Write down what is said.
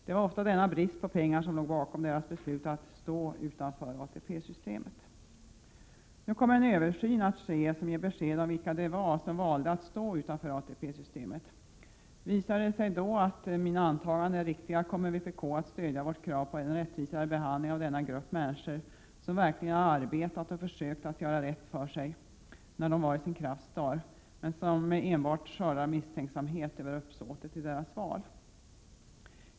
Det var ofta denna brist på pengar som låg bakom deras beslut att stå utanför ATP systemet. Nu kommer en översyn att ske som ger besked om vilka det var som valde att stå utanför ATP-systemet. Visar det sig då att mina antaganden är riktiga, kommer vpk att stödja vårt krav på en rättvisare behandling av denna grupp människor, som verkligen har arbetat och försökt att göra rätt för sig när de vari sin krafts dagar men som enbart skördar misstänksamhet över uppsåtet i deras val.